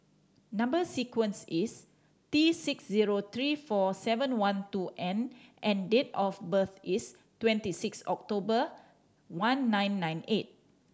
number sequence is T six zero three four seven one two N and date of birth is twenty six October one nine nine eight